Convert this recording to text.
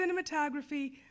Cinematography